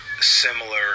Similar